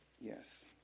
Yes